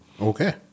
Okay